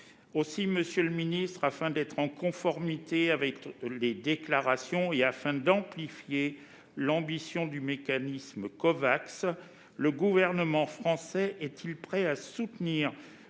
Aussi, monsieur le ministre, afin de mettre ses actes en conformité avec ses déclarations et d'amplifier l'ambition du mécanisme Covax, le gouvernement français est-il prêt à soutenir